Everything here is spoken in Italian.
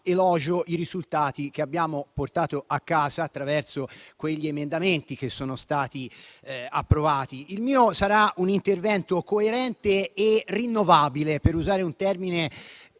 elogio i risultati che abbiamo portato a casa attraverso gli emendamenti che sono stati approvati. Il mio intervento sarà coerente e rinnovabile, per usare un termine